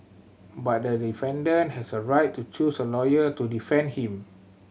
but the defendant has a right to choose a lawyer to defend him